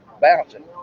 bouncing